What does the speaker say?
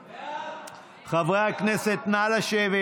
חברי הכנסת, נא לשבת.